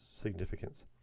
significance